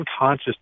unconscious